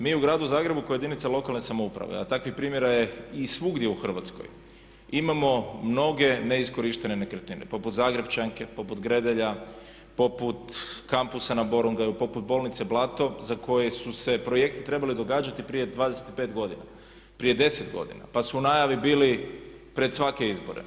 Mi u gradu Zagrebu koja je jedinica lokalne samouprave, a takvih primjera je svugdje u Hrvatskoj imamo mnoge neiskorištene nekretnine poput Zagrepčanke, poput Gredelja, poput Kompasa na Borongaju, poput bolnice Blato za koje su se projekti trebali događati prije 25 godina, prije 10 godina pa su najave bile pred svake izbore.